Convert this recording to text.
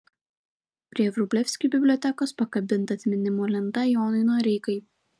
prie vrublevskių bibliotekos pakabinta atminimo lenta jonui noreikai